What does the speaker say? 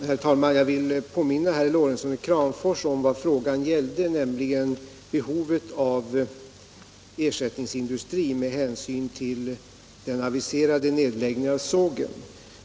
Herr talman! Jag vill påminna herr Lorentzon i Kramfors om vad frågan gällde, nämligen behovet av ersättningsindustri med hänsyn till den aviserade nedläggningen av sågen.